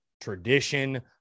tradition